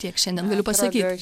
tiek šiandien galiu pasakyt